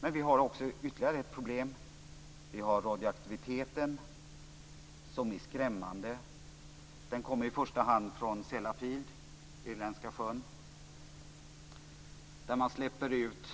Men vi har ytterligare ett problem. Vi har radioaktiviteten, som är skrämmande. Den kommer i första hand från Sellafield och Irländska sjön, där man släpper ut